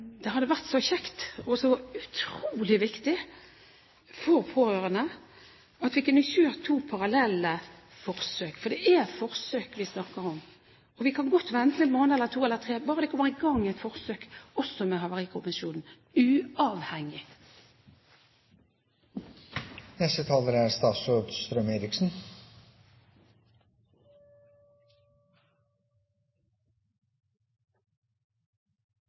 Det hadde vært så kjekt og så utrolig viktig for pårørende at vi kunne ha kjørt to parallelle forsøk – for det er forsøk vi snakker om. Og vi kan godt vente én måned, eller to eller tre, bare det kommer i gang et forsøk med en uavhengig havarikommisjon. Jeg er